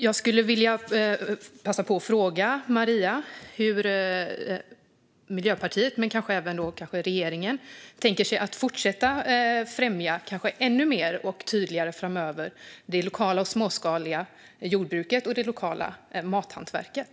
Jag skulle vilja passa på att fråga Maria hur Miljöpartiet, men kanske även regeringen, tänker sig att framöver fortsätta att kanske ännu mer och tydligare främja det lokala och småskaliga jordbruket och det lokala mathantverket.